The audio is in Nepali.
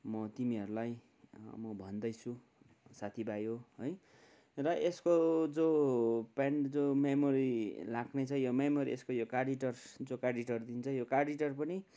म तिमीहरूलाई म भन्दैछु साथीभाइ हो है र यसको जो पेन जो मेमोरी राख्ने छ यो मेमोरी यसको यो कार्ड रिडर जो कार्ड रिडर दिन्छ यो कार्ड रिडर पनि